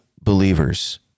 believers